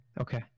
Okay